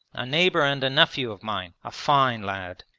a neighbour and a nephew of mine, a fine lad.